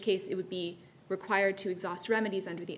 case it would be required to exhaust remedies under the